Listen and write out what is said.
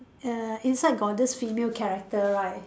err inside got this female character right